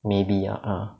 maybe ah ya